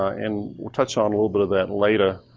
and we'll touch on a little bit of that later.